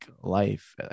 life